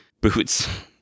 boots